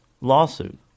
lawsuit